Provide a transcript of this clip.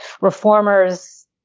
Reformers